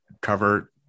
cover